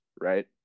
right